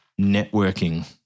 networking